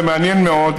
זה מעניין מאוד,